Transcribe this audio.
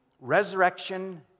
resurrection